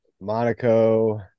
monaco